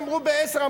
אמרו ב-10:00.